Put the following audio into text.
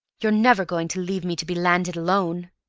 you're never going to leave me to be landed alone?